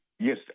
Yes